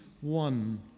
one